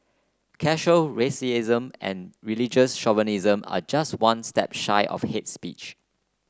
casual racism and religious chauvinism are just one step shy of hates speech